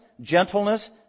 gentleness